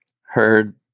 heard